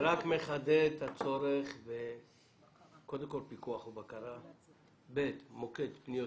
זה רק מחדד את הצורך בפיקוח ובקרה ובמוקד פניות